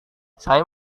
saya